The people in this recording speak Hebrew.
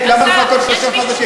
למה לחכות שלושה חודשים?